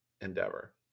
endeavor